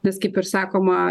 nes kaip ir sakoma